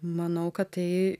manau kad tai